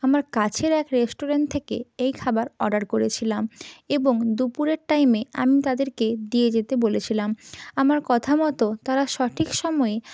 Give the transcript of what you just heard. আমার কাছের এক রেস্টুরেন্ট থেকে এই খাবার অর্ডার করেছিলাম এবং দুপুরের টাইমে আমি তাদেরকে দিয়ে যেতে বলেছিলাম আমার কথা মতো তারা সঠিক সময়ে